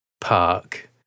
Park